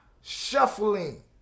shuffling